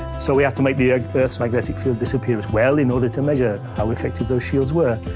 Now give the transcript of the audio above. so we have to make the ah earth's magnetic field disappear as well in order to measure how effective those shields were.